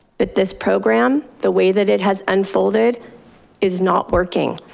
but this program, the way that it has unfolded is not working.